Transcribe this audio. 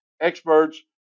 experts